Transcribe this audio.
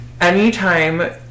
anytime